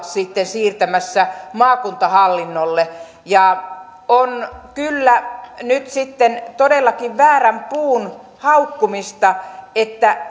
sitten siirtämässä maakuntahallinnolle on kyllä nyt sitten todellakin väärän puun haukkumista että